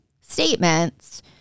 statements